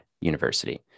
University